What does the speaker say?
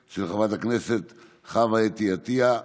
של חברת הכנסת חוה אתי עטייה.